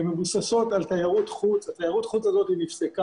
הן מבוססות על תיירות חוץ ותיירות החוץ הזאת נפסקה.